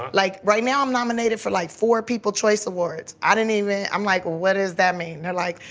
like, right now i'm nominated for, like, four people's choice awards. i didn't even i'm like, what does that mean? they're like,